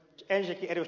ensinnäkin ed